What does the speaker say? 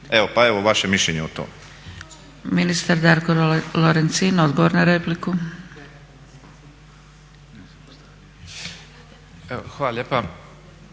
pa evo vaše mišljenje o tome.